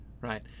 right